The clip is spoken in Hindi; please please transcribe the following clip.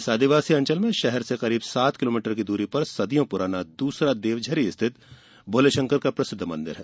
इस आदिवासी अंचल में शहर से करीब सात किलोमीटर की दूरी पर सदियों पुराना दूसरा देवझरी का भोले शंकर का प्रसिद्द मंदिर है